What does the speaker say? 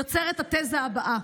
יוצר את התזה הבאה: